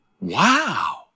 Wow